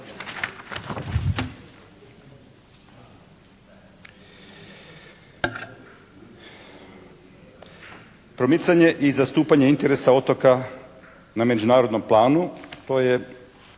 Promicanje i zastupanje otoka na međunarodnom planu, to je